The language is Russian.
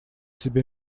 себе